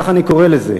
כך אני קורא לזה,